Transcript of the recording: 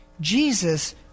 Jesus